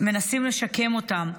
מנסים לשקם אותם.